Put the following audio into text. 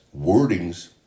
wordings